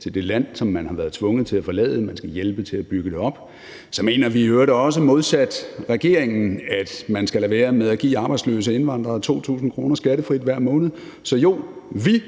til det land, som man har været tvunget til at forlade. Man skal hjælpe til med at bygge det op. Så mener vi i øvrigt også modsat regeringen, at man skal lade være med at give arbejdsløse indvandrere 2.000 kr. skattefrit hver måned. Så jo, vi